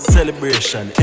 Celebration